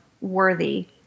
worthy